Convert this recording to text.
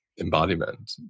embodiment